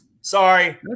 Sorry